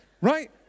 Right